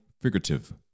figurative